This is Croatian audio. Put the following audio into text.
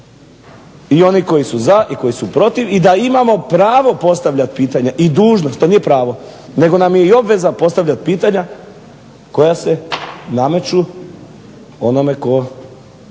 I oni su za i koji su protiv i da imamo pravo postavljati pitanja i dužnsot, to nije pravo, nego nam je i obveza postavljati pitanja koja se nameću onome tko